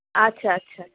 আচ্ছা আচ্ছা আচ্ছা